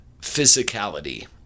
physicality